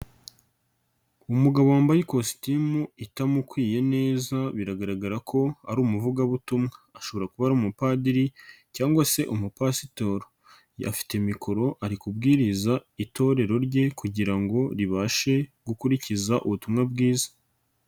Umugabo wambaye ikositimu itamukwiye neza biragaragara ko ari umuvugabutumwa. Ashobora kuba ari umupadiri cyangwa se umupasitoro. Afite mikoro, ari kubwiriza itorero rye kugira ngo ribashe gukurikiza ubutumwa bwiza.